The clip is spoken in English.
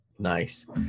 Nice